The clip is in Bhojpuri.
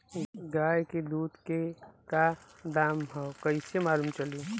गाय के दूध के दाम का ह कइसे मालूम चली?